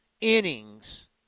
innings